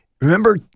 remember